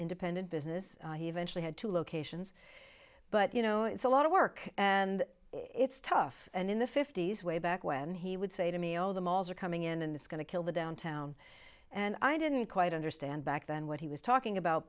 independent business he eventually had two locations but you know it's a lot of work and it's tough and in the fifty's way back when he would say to me all the malls are coming in and it's going to kill the downtown and i didn't quite understand back then what he was talking about